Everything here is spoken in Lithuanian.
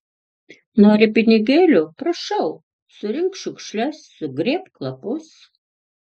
nori pinigėlių prašau surink šiukšles sugrėbk lapus